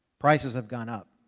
prices have gone up.